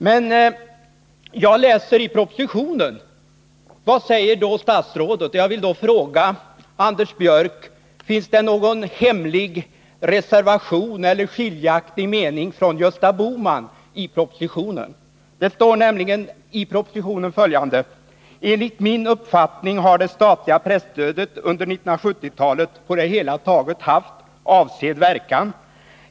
Men jag läser i propositionen vad statsrådet har sagt. Jag vill då fråga Anders Björck om det finns någon hemlig reservation eller skiljaktig mening från Gösta Bohman i propositionen? Det står nämligen i propositionen: ”Enligt min uppfattning har det statliga presstödet under 1970-talet på det hela taget haft avsedd verkan.